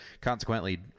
consequently